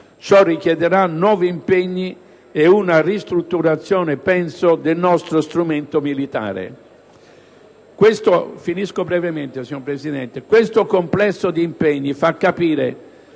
Ciò richiederà nuovi impegni e una ristrutturazione del nostro strumento militare.